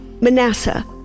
Manasseh